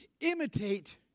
imitate